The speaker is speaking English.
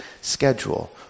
schedule